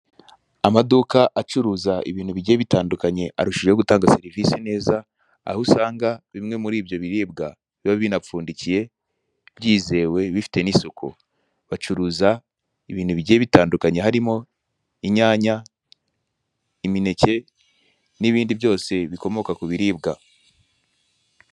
Amaduka acuruza ibintu bigiye bitandukanye arushijeho gutanga serivise neza, aho usanga bimwe muri ibyo biribwa biba binapfundikiye, bwizewe, bifite n'isuku. Bacuruza ibintu bigiye bitandukanye: harimo inyanya, imineke n'ibindi byose bikomoka ku biribwa.